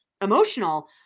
emotional